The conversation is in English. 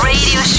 Radio